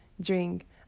drink